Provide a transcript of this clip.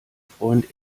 freund